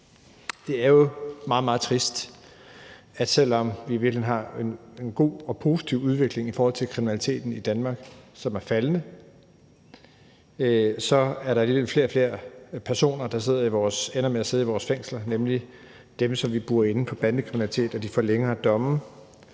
Det er jo meget, meget trist, at selv om vi i virkeligheden har en god og positiv udvikling i forhold til kriminaliteten i Danmark, som er faldende, så er der alligevel flere og flere personer, der ender med at sidde i vores fængsler, nemlig dem, som vi burrer inde for bandekriminalitet. De får længere domme